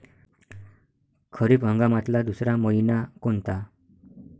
खरीप हंगामातला दुसरा मइना कोनता?